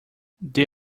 they